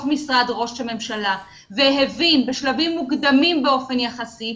משרד ראש הממשלה והבין בשלבים מוקדמים באופן יחסי,